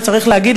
וצריך להגיד,